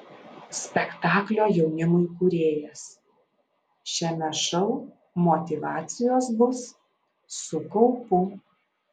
spektaklio jaunimui kūrėjas šiame šou motyvacijos bus su kaupu